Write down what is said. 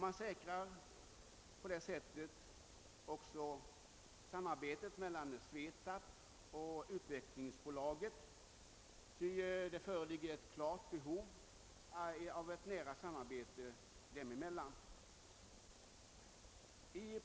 Man säkrar på det sättet ett samarbete mellan SVETAB och Utvecklingsbolaget -- det föreligger ett klart behov av ett nära samarbete dem emellan.